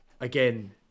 Again